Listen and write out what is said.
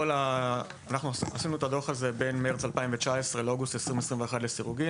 אנחנו עשינו את הדוח הזה בין מרץ 2019 לאוגוסט 2021 לסירוגין.